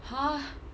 !huh!